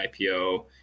IPO